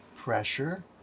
Pressure